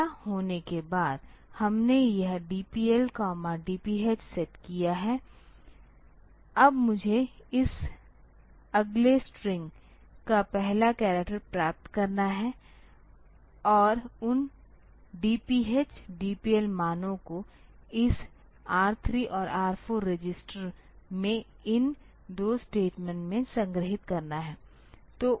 ऐसा होने के बाद हमने यह DPL DPH सेट किया है अब मुझे इस अगले स्ट्रिंग का पहला करैक्टर प्राप्त करना है और उन DPH DPL मानों को इस R3 और R4 रजिस्टरों में इन 2 स्टेटमेंट में संग्रहीत करना है